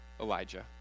Elijah